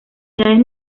unidades